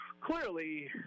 clearly